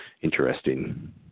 interesting